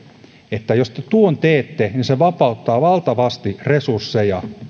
että jos te tuon teette niin se vapauttaa valtavasti resursseja